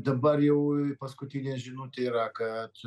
dabar jau paskutinė žinutė yra kad